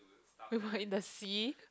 we were in the sea